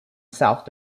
south